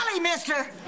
mister